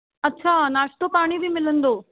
अछा नाश्तो पाणी बि मिलंदो